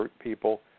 people